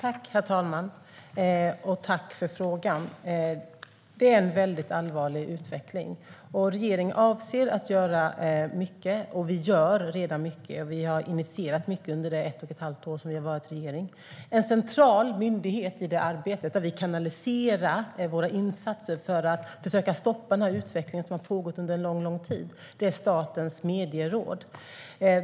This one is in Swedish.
Herr talman! Jag tackar för frågan. Detta är en mycket allvarlig utveckling. Regeringen avser att göra mycket, och vi gör redan mycket. Vi har initierat mycket under det ett och ett halvt år som vi har suttit i regeringsställning. En central myndighet i detta arbete och där vi kanaliserar våra insatser för att försöka stoppa den utveckling som har pågått under en lång tid är Statens medieråd.